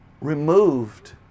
removed